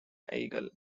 eagle